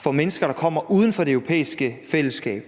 for mennesker, der kommer fra lande uden for det europæiske fællesskab.